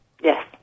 Yes